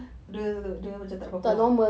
dia dia macam takde apa-apa ah